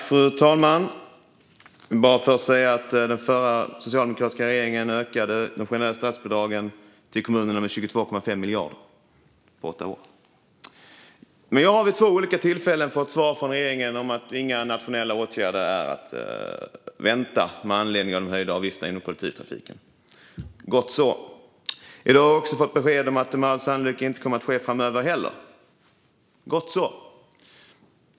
Fru talman! Jag vill först bara säga att den förra socialdemokratiska regeringen ökade de generella statsbidragen till kommunerna med 22,5 miljarder på åtta år. Jag har vid två olika tillfällen fått svaret från regeringen att inga nationella åtgärder är att vänta med anledning av de höjda avgifterna inom kollektivtrafiken. Gott så! I dag har jag också fått besked om att det med all sannolikhet inte kommer att ske framöver heller. Gott så!